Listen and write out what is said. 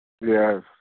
Yes